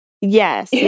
Yes